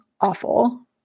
awful